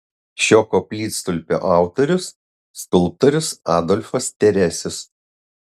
šio koplytstulpio autorius skulptorius adolfas teresius